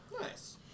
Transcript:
nice